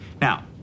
Now